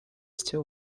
still